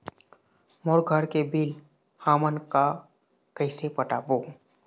मोर घर के बिल हमन का कइसे पटाबो?